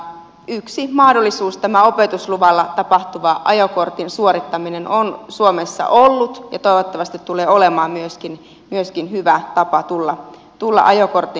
yksi mahdollisuus tämä opetusluvalla tapahtuva ajokortin suorittaminen on suomessa ollut ja toivottavasti tulee olemaan myöskin hyvä tapa tulla ajokortin omaavaksi